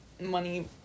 money